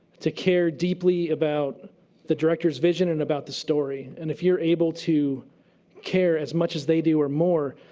to care deeply about the director's vision and about the story. and if you're able to care as much as they do or more,